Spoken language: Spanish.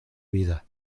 vida